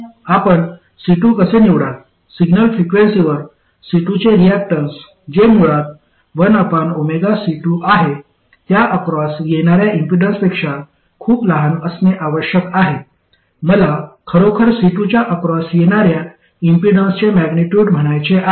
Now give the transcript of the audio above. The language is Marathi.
आपण C2 कसे निवडाल सिग्नल फ्रिक्वेन्सीवर C2 चे रियाक्टन्स जे मुळात 1C2 आहे त्या अक्रॉस येणाऱ्या इम्पीडन्सपेक्षा खूपच लहान असणे आवश्यक आहे मला खरोखर C2 च्या अक्रॉस येणाऱ्या इम्पीडन्सचे मॅग्निट्युड म्हणायचे आहे